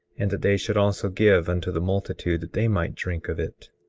and that they should also give unto the multitude that they might drink of it.